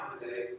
today